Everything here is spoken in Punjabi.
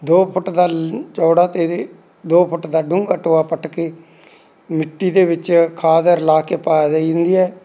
ਦੋ ਫੁੱਟ ਦਾ ਲ ਚੌੜਾ ਅਤੇ ਦੇ ਫੁੱਟ ਦਾ ਡੂੰਘਾ ਟੋਆ ਪੱਟ ਕੇ ਮਿੱਟੀ ਦੇ ਵਿੱਚ ਖਾਦ ਰਲਾ ਕੇ ਪਾ ਦਈ ਜਾਂਦੀ ਹੈ